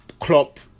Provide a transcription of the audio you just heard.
Klopp